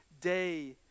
day